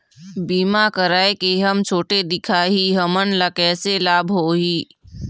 बीमा कराए के हम छोटे दिखाही हमन ला कैसे लाभ होही?